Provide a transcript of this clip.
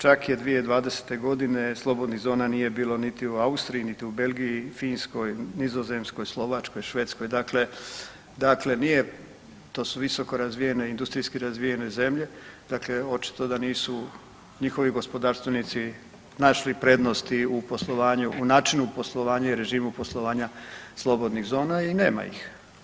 Čak je 2020. godine slobodnih zona nije bilo niti u Austriji, niti u Belgiji, Finskoj, Nizozemskoj, Slovačkoj, Švedskoj, dakle, dakle nije to su visoko razvijene, industrijski razvijene zemlje, dakle očito da nisu njihovi gospodarstvenici našli prednosti u poslovanju, u načinu poslovanja i režimu poslovanja slobodnih zona i nema ih.